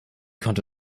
konnte